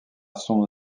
son